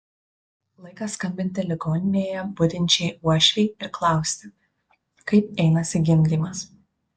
laikas skambinti ligoninėje budinčiai uošvei ir klausti kaip einasi gimdymas